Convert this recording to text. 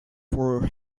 your